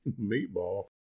meatball